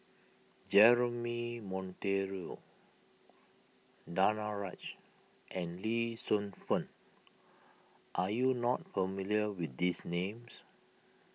Jeremy Monteiro Danaraj and Lee Shu Fen are you not familiar with these names